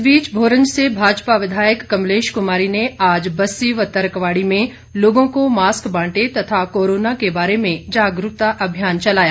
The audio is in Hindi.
इस बीच भोरंज से भाजपा विधायक कमलेश कुमारी ने आज बस्सी व तरक्वाड़ी में लोगों को मास्क बांटे तथा कोरोना के बारे में जागरूकता अभियान चलाया